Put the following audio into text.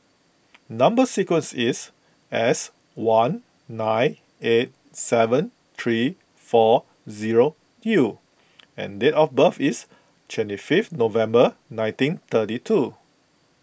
Number Sequence is S one nine eight seven three four zero U and date of birth is twenty fifth November nineteen thirty two